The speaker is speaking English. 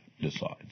decides